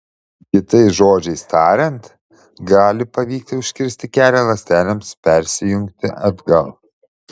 kitais žodžiais tariant gali pavykti užkirsti kelią ląstelėms persijungti atgal